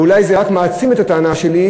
ואולי זה רק מעצים את הטענה שלי,